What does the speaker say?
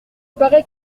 parait